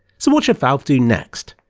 so what should valve do next?